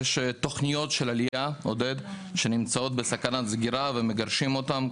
יש תוכניות לעלייה שנמצאות בסכנת סגירה ומגרשים אותם.